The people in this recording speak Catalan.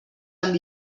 amb